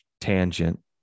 tangent